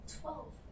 Twelve